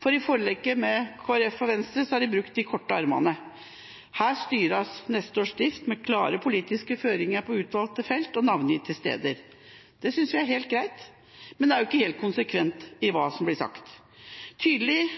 for i forliket med Kristelig Folkeparti og Venstre har de brukt de korte armene. Her styres neste års drift med klare politiske føringer på utvalgte felt og navngitte steder. Det synes vi er helt greit, men det er ikke helt konsekvent med tanke på hva som blir sagt. Et tydelig